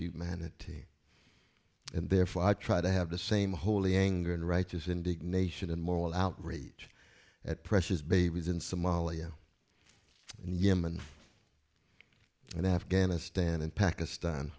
humanity and therefore i try to have the same holy anger and righteous indignation and moral outrage at precious babies in somalia and yemen and afghanistan and pakistan